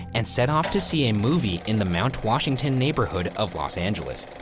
and set off to see a movie in the mount washington neighborhood of los angeles.